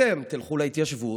אתם תלכו להתיישבות,